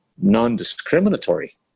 non-discriminatory